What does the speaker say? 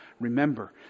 Remember